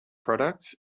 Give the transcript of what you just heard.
products